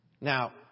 Now